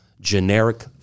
generic